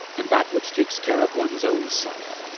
and that which takes care of one's own self.